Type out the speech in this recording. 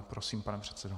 Prosím, pane předsedo.